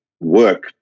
work